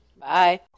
bye